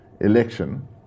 election